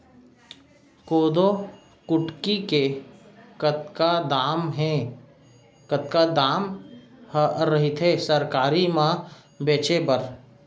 कोदो कुटकी के कतका दाम ह रइथे सरकारी म बेचे बर?